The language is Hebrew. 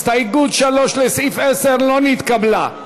הסתייגות 3, לסעיף 10, לא נתקבלה.